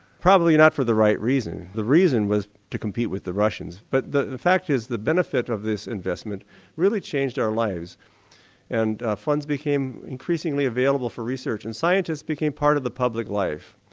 probably not for the right reason. the reason was to compete with the russians, but the the fact is, the benefit of this investment really changed our lives and funds became increasingly available for research and scientists became part of the public life.